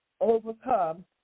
overcome